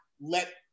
let